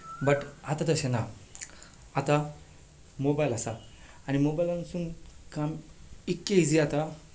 but आतां तशें ना आतां मोबायल आसा आनी मोबायलासून काम इतकें इझी जाता